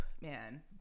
man